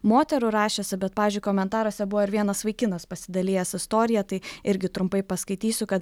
moterų rašusių bet pavyzdžiui komentaruose buvo ir vienas vaikinas pasidalijęs istorija tai irgi trumpai paskaitysiu kad